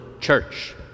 church